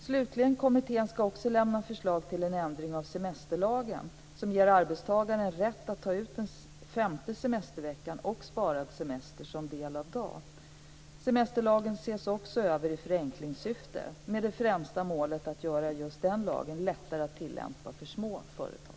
Slutligen: Kommittén ska också lämna förslag till en ändring av semesterlagen som ger arbetstagaren rätt att ta ut den femte semesterveckan och sparad semester som del av dag. Semesterlagen ses också över i förenklingssyfte med det främsta målet att göra lagen lättare att tillämpa för små företag.